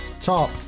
Top